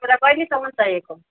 तपाईँलाई कहिलेसम्म चाहिएको